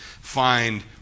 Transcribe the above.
find